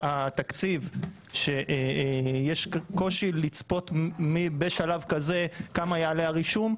יש קושי לצפות בשלב כזה כמה יעלה הרישום,